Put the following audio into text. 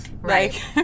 right